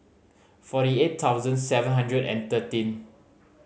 eighty four thousand seven hundred and thirteen